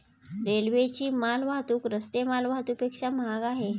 रेल्वेची माल वाहतूक रस्ते माल वाहतुकीपेक्षा महाग आहे